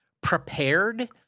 prepared